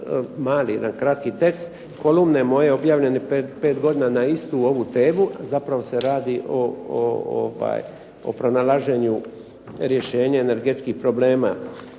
jedan kratki tekst kolumne moje objavljene prije pet godina na istu ovu temu, zapravo se radi o pronalaženju rješenja energetskih problema.